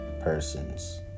persons